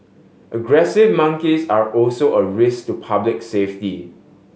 aggressive monkeys are also a risk to public safety